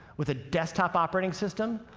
with a desktop operating system,